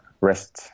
rest